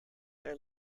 are